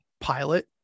pilot